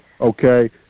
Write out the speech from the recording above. okay